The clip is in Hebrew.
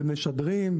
הם משדרים,